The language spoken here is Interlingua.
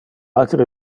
altere